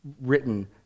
written